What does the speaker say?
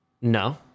No